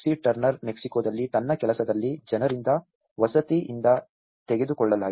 turner ಮೆಕ್ಸಿಕೋದಲ್ಲಿ ತನ್ನ ಕೆಲಸದಲ್ಲಿ ಜನರಿಂದ ವಸತಿ ಇಂದ ತೆಗೆದುಕೊಳ್ಳಲಾಗಿದೆ